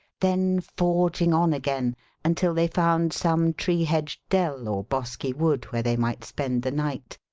then forging on again until they found some tree-hedged dell or bosky wood where they might spend the night,